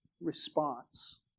response